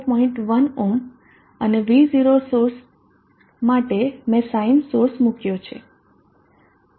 1 ohm અને V 0 source માટે મે સાઈન સોર્સ મૂક્યો છે